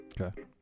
Okay